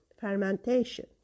fermentation